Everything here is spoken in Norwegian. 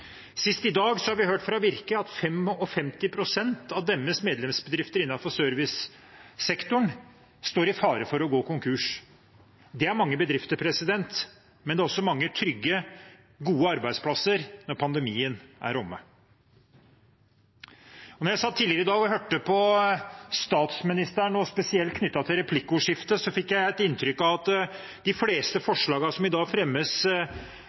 i. Senest i dag har vi hørt fra Virke at 55 pst. av deres medlemsbedrifter innenfor servicesektoren står i fare for å gå konkurs. Det er mange bedrifter, men det er også mange trygge, gode arbeidsplasser når pandemien er omme. Og da jeg tidligere i dag satt og hørte på statsministeren, og spesielt replikkordskiftet, fikk jeg inntrykk av at de fleste forslagene som i dag fremmes,